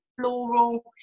floral